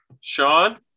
Sean